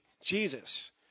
Jesus